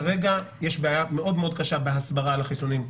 כרגע ככל הנראה בציבור הערבי יש בעיה מאוד מאוד קשה בהסברה על החיסונים.